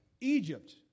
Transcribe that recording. Egypt